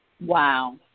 Wow